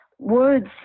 words